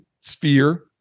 sphere